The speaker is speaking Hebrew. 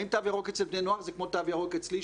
האם תו ירוק אצל בני נוער זה כמו תו ירוק אצלי,